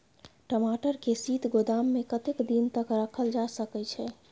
टमाटर के शीत गोदाम में कतेक दिन तक रखल जा सकय छैय?